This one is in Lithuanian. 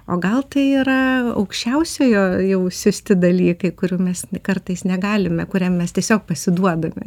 o gal tai yra aukščiausiojo jau siųsti dalykai kurių mes kartais negalime kuriam mes tiesiog pasiduodame